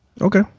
Okay